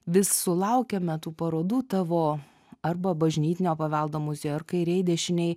vis sulaukiame tų parodų tavo arba bažnytinio paveldo muziejuj ar kairėj dešinėj